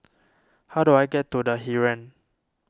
how do I get to the Heeren